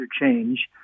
change